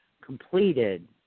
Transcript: completed